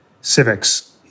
civics